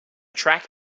track